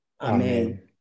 Amen